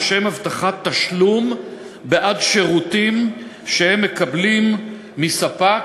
לשם הבטחת תשלום בעד שירותים שהם מקבלים מספק,